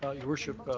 ah your worship,